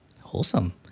Wholesome